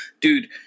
Dude